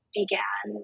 began